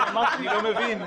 אני לא מבין.